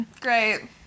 Great